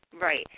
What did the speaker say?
right